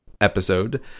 episode